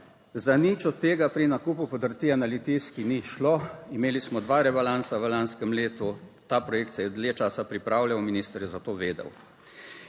Za nič od tega pri nakupu podrtije na Litijski ni šlo. Imeli smo dva rebalansa v lanskem letu, ta projekt se je dlje časa pripravljal, minister je za to vedel.